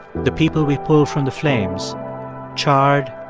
the people we pull from the flames charred,